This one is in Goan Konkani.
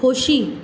खोशी